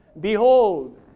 Behold